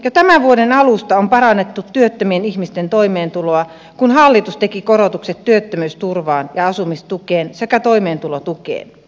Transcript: jo tämän vuoden alusta on parannettu työttömien ihmisten toimeentuloa kun hallitus teki korotukset työttömyysturvaan ja asumistukeen sekä toimeentulotukeen